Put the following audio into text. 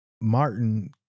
Martin